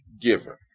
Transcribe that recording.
given